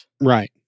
Right